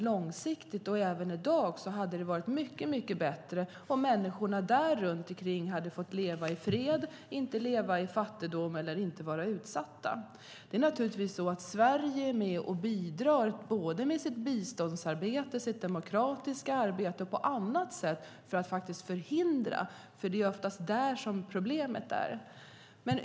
Långsiktigt - och även i dag - hade det varit mycket bättre om människorna därikring hade fått leva i fred och sluppit leva i fattigdom eller vara utsatta. Det är naturligtvis så att Sverige är med och bidrar med sitt biståndsarbete, med sitt demokratiska arbete och på annat sätt för att förhindra fattigdom och utsatthet, för det är oftast där problemet ligger.